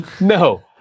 No